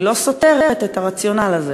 לא סותרת את הרציונל הזה?